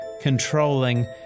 controlling